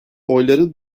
oyların